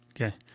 Okay